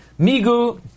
Migu